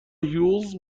هیوز